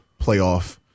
playoff